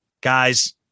Guys